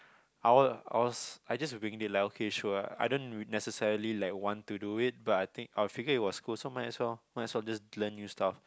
I was I was I just winged it like okay sure I didn't necessarily like want to do it but I think I figured it was cool so might as well might as well just learn new stuff